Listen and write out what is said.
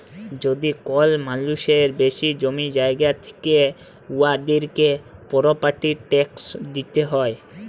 যদি কল মালুসের বেশি জমি জায়গা থ্যাকে উয়াদেরকে পরপার্টি ট্যাকস দিতে হ্যয়